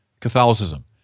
Catholicism